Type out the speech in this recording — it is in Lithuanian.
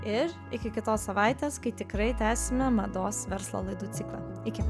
ir iki kitos savaitės kai tikrai tęsime mados verslą laidų ciklą iki